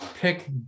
pick